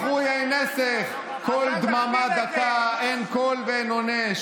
מכרו יין נסך, קול דממה דקה, אין קול ואין עונה.